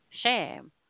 shame